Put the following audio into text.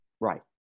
Right